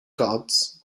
gods